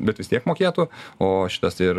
bet vis tiek mokėtų o šitas ir